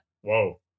Whoa